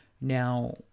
Now